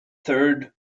third